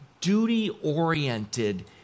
duty-oriented